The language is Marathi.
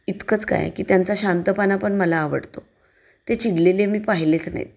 इतकंच काय की त्यांचा शांतपणा पण मला आवडतो ते चिडलेले मी पाहिलेच नाहीत